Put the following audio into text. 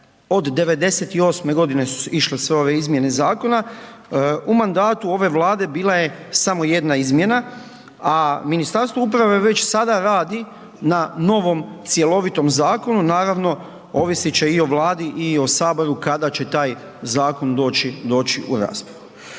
od '98. g. su išle sve ove izmjene zakona, u mandatu ove Vlade bila je samo jedna izmjena a Ministarstvo uprave već sada radi na novom cjelovitom zakonu, naravno ovisit će i o Vladi i o Saboru kada će taj zakon doći u raspravu.